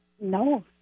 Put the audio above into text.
No